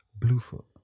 Bluefoot